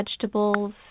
vegetables